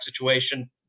situation